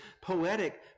poetic